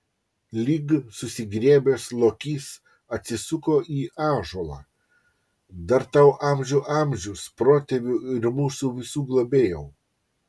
lyg susigriebęs lokys atsisuko į ąžuolą dar tau amžių amžius protėvių ir mūsų visų globėjau